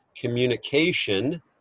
Communication